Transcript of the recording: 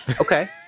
Okay